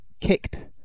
kicked